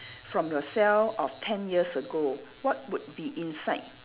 from yourself of ten years ago what would be inside